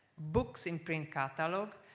books in print catalog,